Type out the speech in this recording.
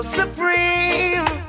supreme